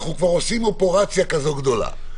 אנחנו כבר עושים אופרציה כזאת גדולה,